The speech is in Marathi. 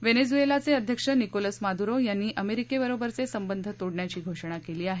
वेनेजुएलाचे अध्यक्ष निकोलस मादुरो यांनी अमेरिकेबरोबरचे संबंध तोडण्याची घोषणा केली आहे